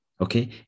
okay